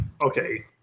Okay